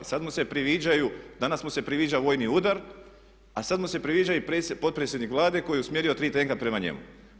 Sada mu se priviđaju, danas mu se priviđa vojni ured a sada mu se priviđa i potpredsjednik Vlade koji je usmjerio tri tenka prema njemu.